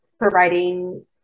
providing